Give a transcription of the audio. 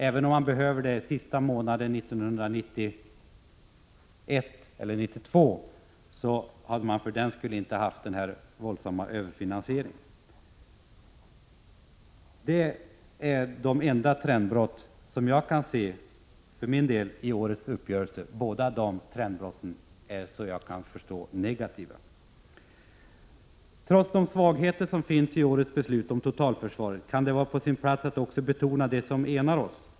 Även om man behöver pengarna den sista månaden 1991 eller 1992, hade man för den skull inte behövt göra denna överfinansiering. Detta är de enda trendbrott som jag kan se för min del i årets uppgörelse. Båda de trendbrotten är såvitt jag kan förstå negativa. Trots de svagheter som finns i årets beslut om totalförsvaret kan det vara på sin plats att också betona det som förenar oss.